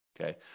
okay